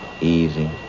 Easy